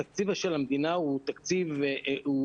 התקציב של המדינה הוא לא תקציב גדול.